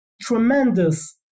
tremendous